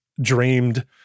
dreamed